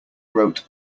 wrote